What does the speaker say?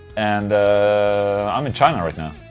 and i'm in china right now,